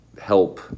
help